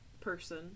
person